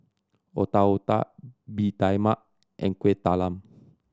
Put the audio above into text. Otak Otak Bee Tai Mak and Kuih Talam